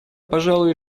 пожалуй